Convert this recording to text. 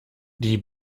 die